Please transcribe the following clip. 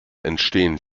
entstehen